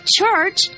church